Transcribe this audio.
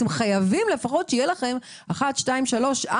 אתם חייבים לפחות שיהיה לכם: 1,